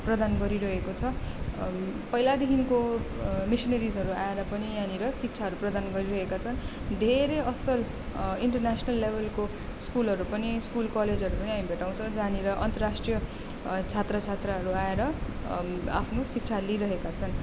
प्रदान गरिरहेको छ पहिलादेखिको मिसनेरीजहरू आएर पनि यहाँनिर शिक्षाहरू प्रदान गरिरहेका छन् धेरै असल इन्टरनेसनल लेबलको स्कुलहरू पनि स्कुल कलेजहरू पनि हामी भेटाउँछौँ जहाँनिर अन्तराष्ट्रिय छात्र छात्राहरू आएर आफ्नो शिक्षा लिइरहेका छन्